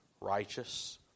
righteous